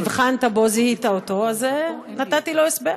הבחנת בו, זיהית אותו, אז נתתי לו הסבר.